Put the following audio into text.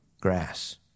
grass